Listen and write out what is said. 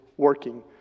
working